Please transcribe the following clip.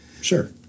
Sure